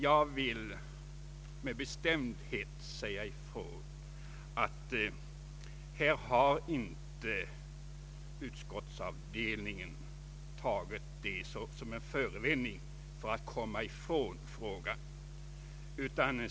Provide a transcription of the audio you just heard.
Jag vill med bestämdhet säga ifrån att utskottsavdelningen inte har tagit det såsom en förevändning för att komma ifrån frågan.